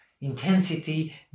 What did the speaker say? intensity